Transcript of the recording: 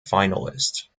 finalist